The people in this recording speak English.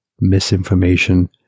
misinformation